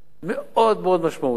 מאוד-מאוד משמעותית,